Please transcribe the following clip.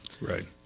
right